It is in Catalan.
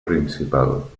principal